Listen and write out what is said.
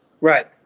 Right